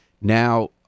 Now